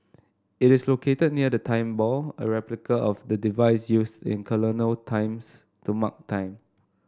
it is located near the Time Ball a replica of the device used in colonial times to mark time